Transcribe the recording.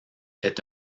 est